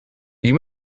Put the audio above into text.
you